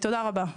תודה רבה.